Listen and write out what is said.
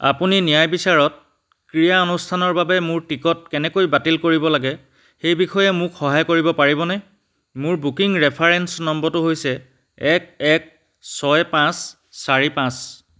আপুনি ন্যায়বিচাৰত ক্ৰীড়া অনুষ্ঠানৰ বাবে মোৰ টিকট কেনেকৈ বাতিল কৰিব লাগে সেই বিষয়ে মোক সহায় কৰিব পাৰিবনে মোৰ বুকিং ৰেফাৰেন্স নম্বৰটো হৈছে এক এক ছয় পাঁচ চাৰি পাঁচ